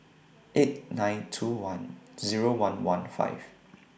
eight nine two one Zero one one five